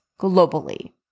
globally